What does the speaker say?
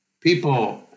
people